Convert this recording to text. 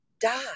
die